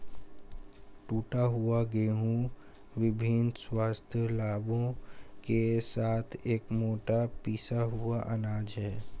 टूटा हुआ गेहूं विभिन्न स्वास्थ्य लाभों के साथ एक मोटा पिसा हुआ अनाज है